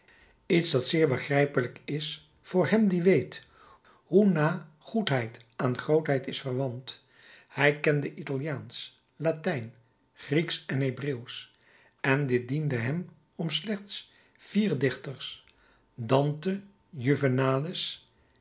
grootsche iets dat zeer begrijpelijk is voor hem die weet hoe na goedheid aan grootheid is verwant hij kende italiaansch latijn grieksch en hebreeuwsch en dit diende hem om slechts vier dichters dante